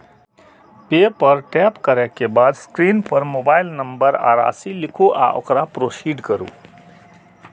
पे पर टैप करै के बाद स्क्रीन पर मोबाइल नंबर आ राशि लिखू आ ओकरा प्रोसीड करू